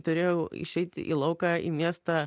turėjau išeit į lauką į miestą